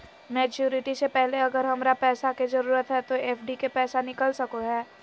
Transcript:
Maturity से पहले अगर हमरा पैसा के जरूरत है तो एफडी के पैसा निकल सको है?